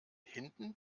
hinten